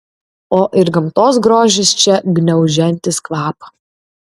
o ir gamtos grožis čia gniaužiantis kvapą